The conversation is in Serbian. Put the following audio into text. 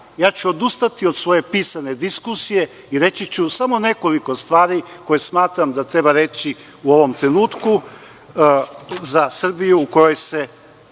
radi. Odustaću od svoje pisane diskusije i reći ću samo nekoliko stvari koje smatram da treba reći u ovom trenutku u kome se